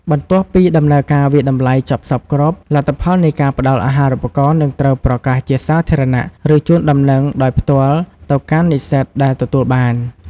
បន្ទាប់ពីដំណើរការវាយតម្លៃចប់សព្វគ្រប់ លទ្ធផលនៃការផ្ដល់អាហារូបករណ៍នឹងត្រូវប្រកាសជាសាធារណៈ ឬជូនដំណឹងដោយផ្ទាល់ទៅកាន់និស្សិតដែលទទួលបាន។